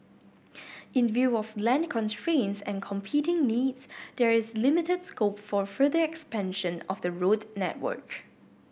in view of land constraints and competing needs there is limited scope for further expansion of the road network